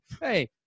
Hey